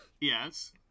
Yes